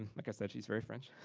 um like i said, she's very french.